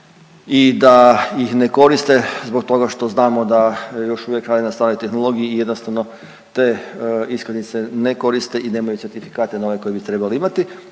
i da ih ne koriste zbog toga što znamo da još uvijek rade na staroj tehnologiji i jednostavno te iskaznice ne koriste i nemaju certifikate na ove koje bi trebali imati,